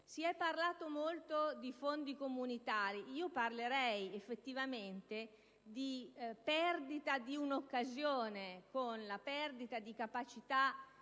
Si è parlato molto di fondi comunitari; io parlerei, effettivamente, di perdita di un'occasione con la perdita della capacità